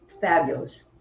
fabulous